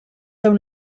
aunc